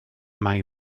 mai